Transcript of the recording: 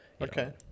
Okay